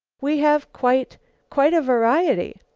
we have, quite quite a variety.